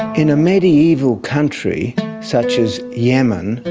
in a mediaeval country such as yemen,